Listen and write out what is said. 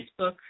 Facebook